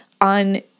on